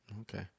Okay